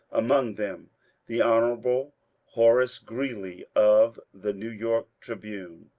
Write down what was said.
among them the hon. horace greeley of the new york tribune.